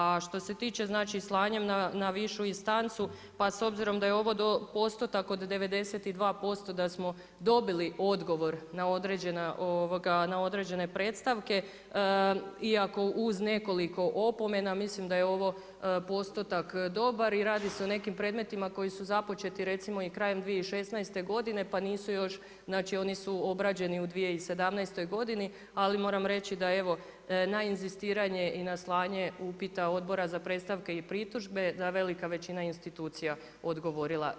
A što se tiče znači slanjem na višu instancu, pa s obzirom da je ovo postotak od 92% da smo dobili odgovor na određene predstavke iako uz nekoliko opomena mislim da je ovo postotak dobar i radi se o nekim predmetima koji su započeti recimo i krajem 2016. godine pa nisu još znači oni su obrađeni u 2017. godini ali moram reći da evo na inzistiranje i na slanje upita Odbora za predstavke i pritužbe da je velika većina institucija odgovorila.